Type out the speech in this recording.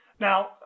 Now